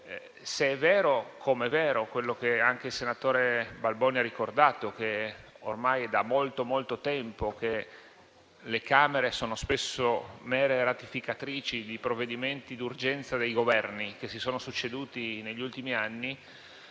Se è vero, come è vero, quello che anche il senatore Balboni ha ricordato e cioè che ormai da molto tempo le Camere sono spesso mere ratificatrici di provvedimenti d'urgenza dei Governi che si sono succeduti negli ultimi anni,